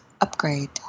upgrade